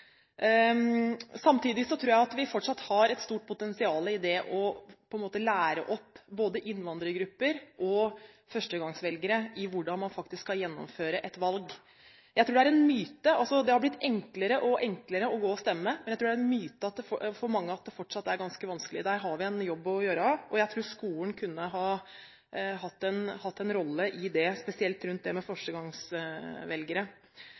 Samtidig tror jeg at vi fortsatt har et stort potensial i det å lære opp både innvandrergrupper og førstegangsvelgere i hvordan man faktisk skal gjennomføre et valg. Det har blitt enklere og enklere å gå og stemme, men jeg tror det er en myte hos mange at det fortsatt er ganske vanskelig. Der har vi en jobb å gjøre, og jeg tror skolen kunne ha hatt en rolle i det, spesielt når det